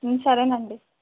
సరేనండి